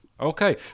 Okay